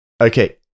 Okay